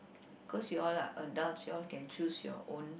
cause you all lah adult you all can choose your own